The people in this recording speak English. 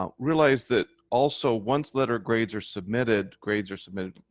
um realize that, also, once letter grades are submitted, grades are submitted,